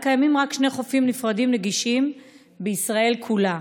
וקיימים רק שני חופים נפרדים נגישים בישראל כולה.